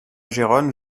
gérone